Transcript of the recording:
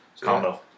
combo